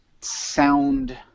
sound